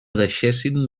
deixessin